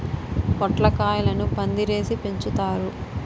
పొట్లకాయలను పందిరేసి పెంచుతారు